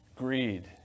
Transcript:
Greed